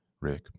Rick